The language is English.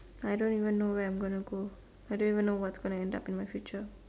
I don't even know where I'm gonna go I don't even know what's gonna end up in my future